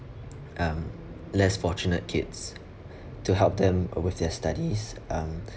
(um)less fortunate kids to help them with their studies um